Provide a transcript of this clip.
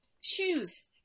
shoes